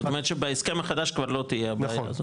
זאת אומרת שבהסכם החדש כבר לא תהיה הבעיה הזאת.